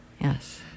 Yes